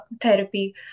therapy